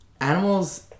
animals